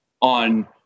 on